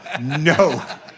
no